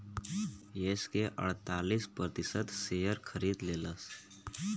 yes के अड़तालीस प्रतिशत शेअर खरीद लेलस